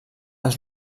els